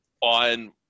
on